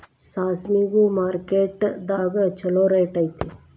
ಸಾಸ್ಮಿಗು ಮಾರ್ಕೆಟ್ ದಾಗ ಚುಲೋ ರೆಟ್ ಐತಿ